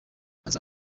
aza